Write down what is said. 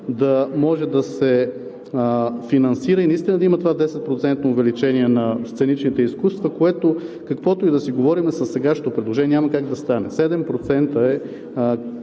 да може да се финансира и наистина да има това 10% увеличение на сценичните изкуства, което, каквото и да си говорим, със сегашното предложение няма как да стане. Седем